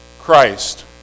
Christ